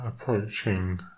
approaching